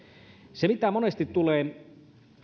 mitä monesti tulee